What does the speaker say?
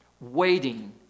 waiting